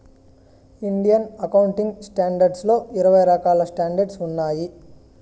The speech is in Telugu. ఇండియన్ అకౌంటింగ్ స్టాండర్డ్స్ లో ఇరవై రకాల స్టాండర్డ్స్ ఉన్నాయి